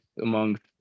amongst